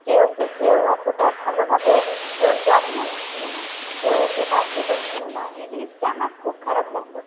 যে ওকে কেউ এতোটা ভালোভাবে ওর যত্ন নিচ্ছিলো না কেউ ওকে গ্রাহ্য করছিলো না এ জিনিসটা আমার খুব খারাপ লাগলো